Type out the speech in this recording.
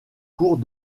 cours